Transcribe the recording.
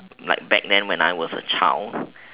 like back then when I was a child